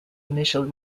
initial